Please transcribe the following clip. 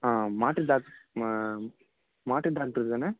மாட்டு டாக்ட் மாட்டு டாக்டர் தானே